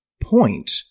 point